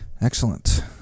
Excellent